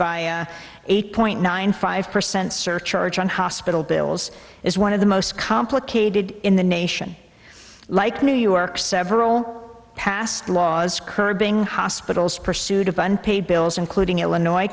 by eight point nine five percent surcharge on hospital bills is one of the most complicated in the nation like new york's several passed laws curbing hospitals pursuit of unpaid bills including illinois